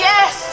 Yes